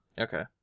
Okay